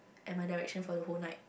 at my direction for the whole night